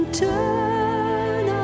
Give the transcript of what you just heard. turn